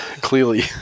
clearly